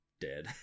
Dead